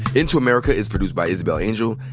into america is produced by isabel angel,